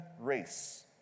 race